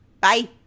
Bye